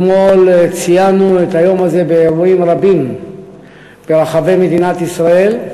אתמול ציינו את היום הזה באירועים רבים ברחבי מדינת ישראל,